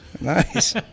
nice